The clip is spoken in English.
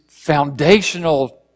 foundational